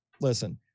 listen